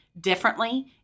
differently